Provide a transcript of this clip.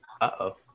Uh-oh